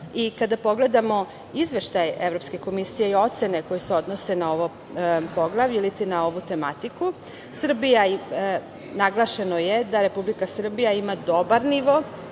Kada pogledamo Izveštaj Evropske komisije i ocene koje se odnose na ovo poglavlje ili na ovu tematiku naglašeno je da Republika Srbija ima dobar nivo